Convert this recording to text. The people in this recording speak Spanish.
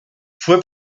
fue